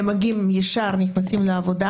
הם מגיעים וישר נכנסים לעבודה.